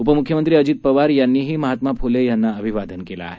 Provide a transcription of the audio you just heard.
उपमुख्यमंत्री अजित पवार यांनीही महात्मा फुले यांना अभिवादन केलं आहे